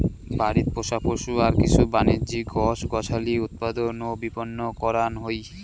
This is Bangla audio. বাড়িত পোষা পশু আর কিছু বাণিজ্যিক গছ গছালি উৎপাদন ও বিপণন করাং হই